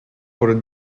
por